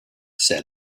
said